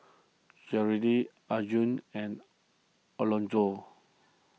Cherelle Arjun and Alonzo